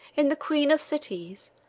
in the queen of cities,